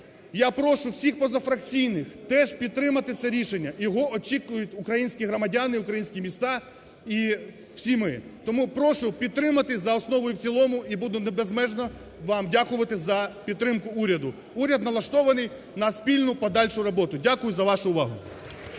Я прошу всіх позафракційних теж підтримати це рішення, його очікують українські громадяни, українські міста і всі ми. Тому прошу підтримати за основу і в цілому і буду безмежно вам дякувати за підтримку уряду. Уряд налаштований на спільну подальшу роботу. Дякую за вашу увагу.